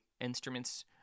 instruments